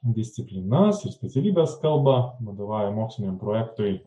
disciplinas ir specialybės kalbą vadovauja mokslo projektui